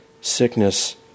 sickness